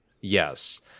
Yes